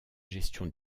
gestion